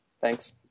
Thanks